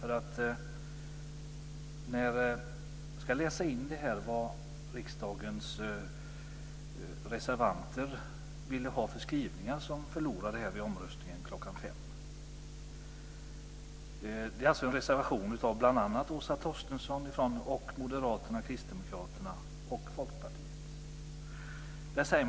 Jag ska läsa in vad reservanterna ville ha för skrivningar som förlorade vid omröstningen i dag. Det är en reservation av Åsa Torstensson och representanter för Moderaterna, Kristdemokraterna och Folkpartiet.